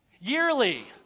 Yearly